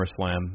SummerSlam